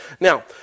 Now